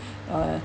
uh